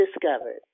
discovered